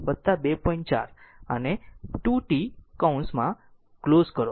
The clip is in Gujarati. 4 અને 2 t કૌંસ ક્લોઝ કરો